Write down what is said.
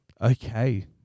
Okay